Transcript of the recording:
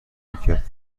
میکرد